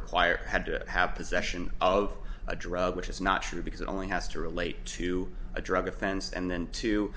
require had to have possession of a drug which is not true because it only has to relate to a drug offense and then too